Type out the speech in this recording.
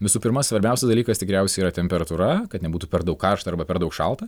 visų pirma svarbiausias dalykas tikriausiai yra temperatūra kad nebūtų per daug karšta arba per daug šalta